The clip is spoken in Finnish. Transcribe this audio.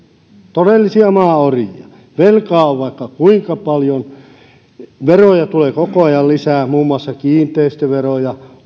todellisia maaorjia velkaa on vaikka kuinka paljon veroja tulee koko ajan lisää muun muassa kiinteistöveroja